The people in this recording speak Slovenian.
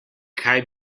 kaj